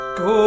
go